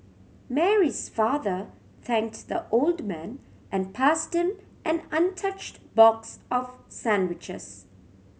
Mary's father thanks the old man and passed him an untouched box of sandwiches